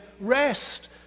rest